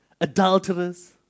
adulterers